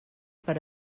per